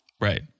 right